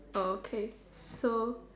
okay so